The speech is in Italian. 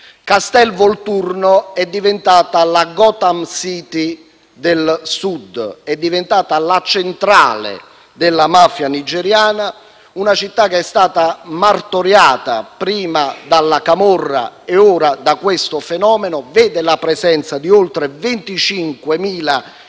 Castelvolturno è diventata la Gotham City del Sud. È diventata la centrale della mafia nigeriana, una città che è stata martoriata, prima dalla camorra e ora da questo fenomeno. Vede la presenza di oltre 25.000